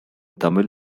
tamil